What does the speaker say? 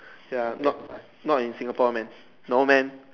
ya not not in Singapore man no man